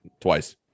twice